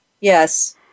Yes